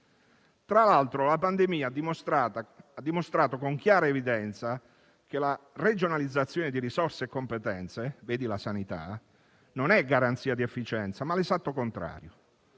Tra l'altro, la pandemia ha dimostrato con chiara evidenza che la regionalizzazione di risorse e competenze - vedi la sanità - non è garanzia di efficienza, ma l'esatto contrario.